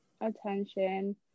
attention